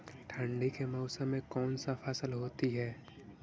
ठंडी के मौसम में कौन सा फसल होती है?